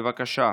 בבקשה.